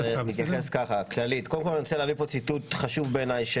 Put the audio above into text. אני רוצה להביא ציטוט חשוב בעיניי,